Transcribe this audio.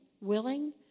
willing